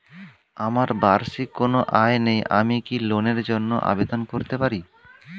আমার বার্ষিক কোন আয় নেই আমি কি লোনের জন্য আবেদন করতে পারি?